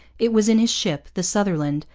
it was in his ship, the sutherland,